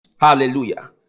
Hallelujah